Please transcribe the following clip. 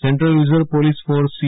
central reserve police force C